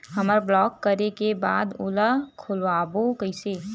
हमर ब्लॉक करे के बाद ओला खोलवाबो कइसे?